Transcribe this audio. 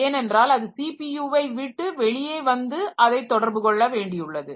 ஏனென்றால் அது சிபியுவை விட்டு வெளியே வந்து அதை தொடர்பு கொள்ள வேண்டியுள்ளது